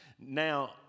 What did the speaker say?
Now